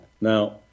Now